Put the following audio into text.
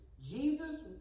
Jesus